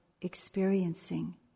experiencing